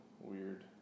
weird